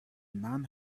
man